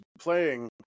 playing